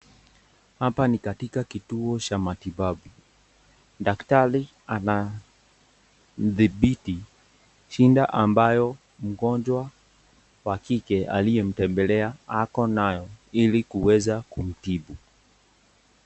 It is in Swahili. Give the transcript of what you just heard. Hapa ni katika kituo cha matibabu daktari ana dhibiti shida ambayo mgonjwa wa kike aliyemtembelea ako nayo ili kuweza kumtibu.